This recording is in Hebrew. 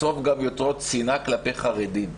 בסוף גם יוצרות שנאה כלפי חרדים.